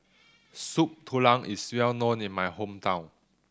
Soup Tulang is well known in my hometown